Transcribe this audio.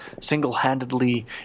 single-handedly